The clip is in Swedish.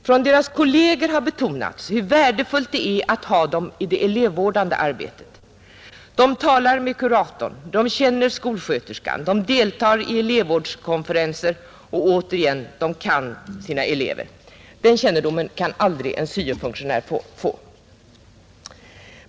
Från deras kolleger har betygats hur värdefullt det är att ha dem i det elevvårdande arbetet. De talar med kuratorn, de känner skolsköterskan, de deltar i elevvårdskonferenser och, jag säger det igen, de kan sina elever. Den kännedomen kan aldrig en syo-funktionär få.